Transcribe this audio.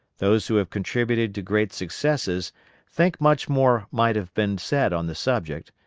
those who have contributed to great successes think much more might have been said on the subject,